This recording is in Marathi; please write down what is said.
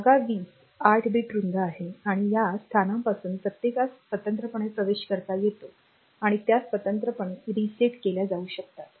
जागा 20 आठ बिट रुंद आहे आणि या स्थानापासून प्रत्येकास स्वतंत्रपणे प्रवेश करता येतो आणि त्या स्वतंत्रपणे रीसेट केल्या जाऊ शकतात